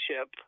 ship